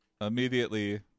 immediately